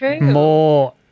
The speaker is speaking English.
more